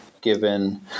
given